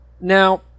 now